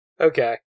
okay